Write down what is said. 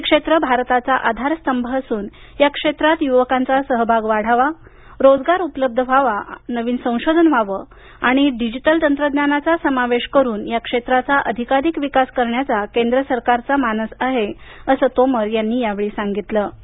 कृषी क्षेत्र भारताचा आधारस्तंभ असून या क्षेत्रात युवकांचा सहभाग वाढवा रोजगार उपलब्ध व्हावा नवीन संशोधन व्हावं आणि डिजिटल तंत्रज्ञानाचा समावेश करून या क्षेत्राचा अधिकाधिक विकास करण्याचा केंद्र सरकारचा मानस आहे असं तोमर यांनी यावेळी सांगितलं